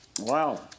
wow